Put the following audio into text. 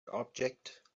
object